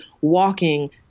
walking